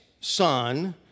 son